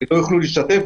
לא יוכלו להשתתף,